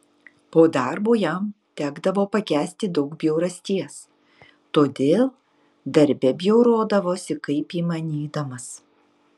po darbo jam tekdavo pakęsti daug bjaurasties todėl darbe bjaurodavosi kaip įmanydamas